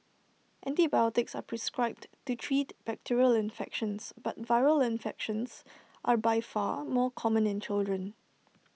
antibiotics are prescribed to treat bacterial infections but viral infections are by far more common in children